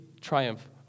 triumph